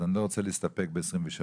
אז אני לא רוצה להסתפק ב-2023.